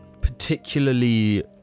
particularly